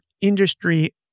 industry